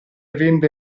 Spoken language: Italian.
vende